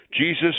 Jesus